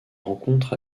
rencontres